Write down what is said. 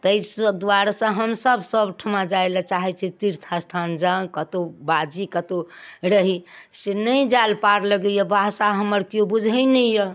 ताहि सब दुआरेसँ हमसब सब ठमा जाय लऽ चाहैत छियै तीर्थ स्थान जाउ कतहुँ बाजी कतहुँ रही से नहि जाय लऽ पार लगैए भाषा हमर केओ बुझैत नहि यऽ